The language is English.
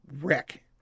wreck